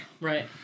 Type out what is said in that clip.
Right